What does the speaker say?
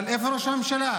אבל איפה ראש הממשלה?